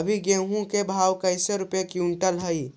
अभी गेहूं के भाव कैसे रूपये क्विंटल हई?